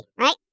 right